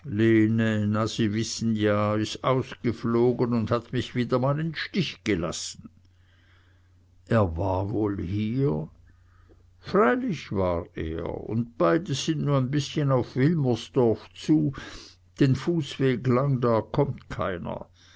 sie wissen ja is ausgeflogen un hat mich mal wieder in stich gelassen er war woll hier freilich war er und beide sind nu ein bißchen auf wilmersdorf zu den fußweg lang da kommt keiner